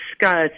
discuss